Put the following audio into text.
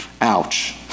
ouch